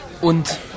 Und